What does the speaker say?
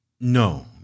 No